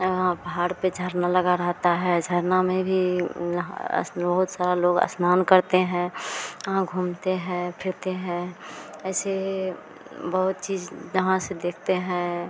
यहाँ पहाड़ पर झरना लगा रहता है झरना में भी यहाँ बहुत सारा लोग स्नान करते हैं वहाँ घूमते हैं फिरते हैं ऐसे बहुत चीज़ यहाँ से देखते हैं